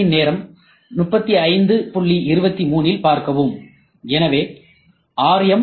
திரையின் நேரம் 3523இல் பார்க்கவும் எனவே ஆர்